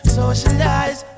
socialize